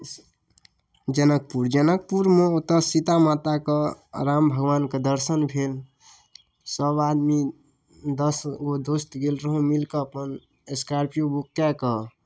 जनकपुर जनकपुरमे ओतऽ सीता माताके राम भगवानके दर्शन भेल सब आदमी दसगो दोस्त गेल रहौँ मिलिकऽ अपन स्कॉर्पिओ बुक कऽ कऽ